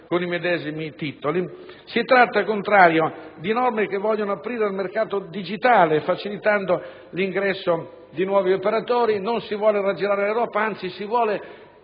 Si tratta, al contrario, di norme che vogliono aprire al mercato digitale facilitando l'ingresso di nuovi operatori. Non si vuole raggirare l'Europa; anzi, ci si vuole